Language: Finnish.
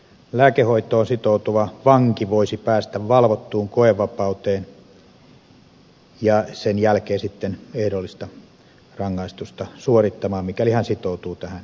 lääkehoitoon sitoutuva vanki voisi päästä valvottuun koevapauteen ja sen jälkeen sitten ehdollista rangaistusta suorittamaan mikäli hän sitoutuu tähän lääkehoitoon